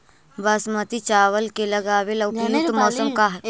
बासमती चावल के लगावे ला उपयुक्त मौसम का है?